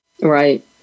Right